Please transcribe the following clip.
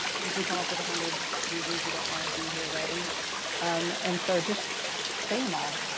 you can come up with a hundred reasons you don't want to be here writing and so, just say them all.